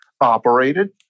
operated